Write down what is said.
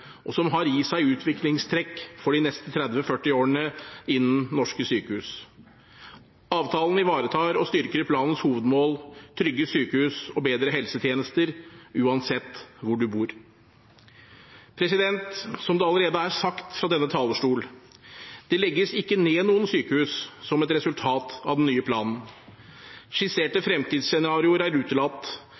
og som har i seg utviklingstrekk for de neste 30–40 årene innen norske sykehus. Avtalen ivaretar og styrker planens hovedmål: trygge sykehus og bedre helsetjenester, uansett hvor man bor. Som det allerede er sagt fra denne talerstol: Det legges ikke ned noen sykehus som et resultat av den nye planen. Skisserte fremtidsscenarioer er utelatt,